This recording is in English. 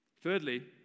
Thirdly